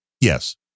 yes